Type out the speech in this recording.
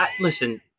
listen